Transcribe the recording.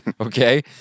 Okay